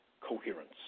coherence